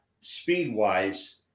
speed-wise